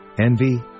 envy